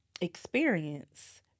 experience